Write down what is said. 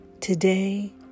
Today